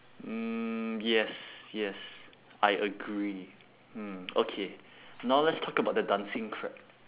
mm yes yes I agree mm okay now let's talk about the dancing crab